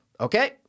Okay